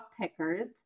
pickers